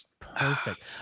Perfect